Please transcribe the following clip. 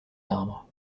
arbres